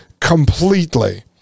completely